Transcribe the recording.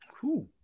Cool